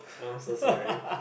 I'm so sorry